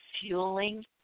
fueling